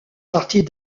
partie